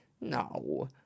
No